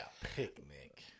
picnic